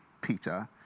Peter